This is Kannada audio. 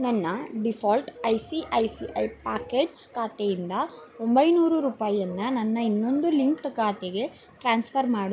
ನನ್ನ default I C I C I pockets ಖಾತೆಯಿಂದ ಒಂಬೈನೂರು ರೂಪಾಯಿಯನ್ನು ನನ್ನ ಇನ್ನೊಂದು ಲಿಂಕ್ಡ್ ಖಾತೆಗೆ ಟ್ರಾನ್ಸ್ಫರ್ ಮಾಡು